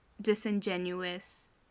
disingenuous